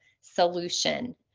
solution